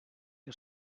que